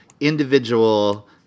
individual